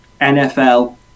NFL